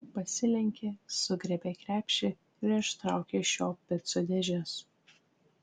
pasilenkė sugriebė krepšį ir ištraukė iš jo picų dėžes